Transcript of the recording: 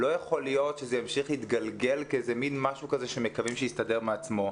לא יכול להיות שזה ימשיך להתגלגל כאיזה משהו שמקווים שהוא יסתדר מעצמו.